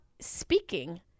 speaking